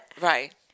Right